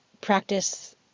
practice